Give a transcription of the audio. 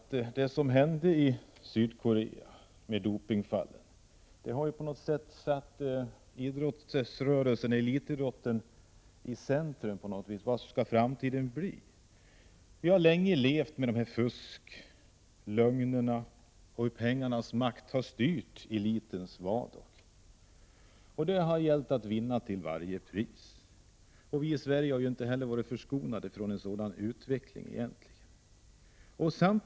Det som hände i Sydkorea beträffande doping har på något sätt satt elitidrotten i centrum. Hur skall framtiden bli? Vi har länge levt med fusk och lögner och hur pengarnas makt har styrt elitens vardag. Det har gällt att vinna till varje pris, och vi i Sverige har egentligen inte varit förskonade från denna utveckling.